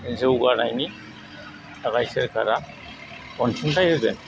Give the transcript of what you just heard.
जौगानायनि थाखाय सोरखारा अनसुंथाय होगोन